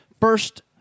First